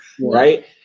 right